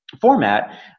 format